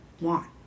want